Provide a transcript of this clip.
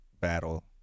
battle